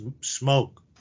smoke